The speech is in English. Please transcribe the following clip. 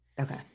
Okay